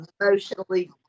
emotionally